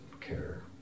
care